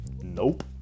Nope